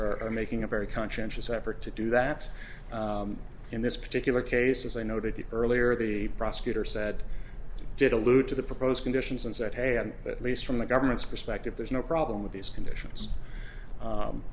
are making a very conscientious effort to do that in this particular case as i noted earlier the prosecutor said did allude to the proposed conditions and said hey and at least from the government's perspective there's no problem with these conditions